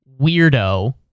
weirdo